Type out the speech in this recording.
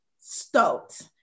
stoked